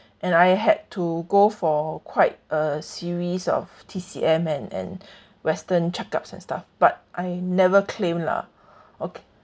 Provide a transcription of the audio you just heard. and I had to go for quite a series of T_C_M and and western check ups and stuff but I never claim lah okay